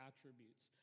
attributes